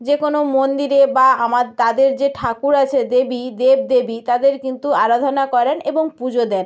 যে কোনো মন্দিরে বা আমা তাদের যে ঠাকুর আছে দেবী দেব দেবী তাদের কিন্তু আরাধনা করেন এবং পুজো দেন